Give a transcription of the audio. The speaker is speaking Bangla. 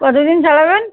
কতো দিন চালাবেন